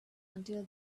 until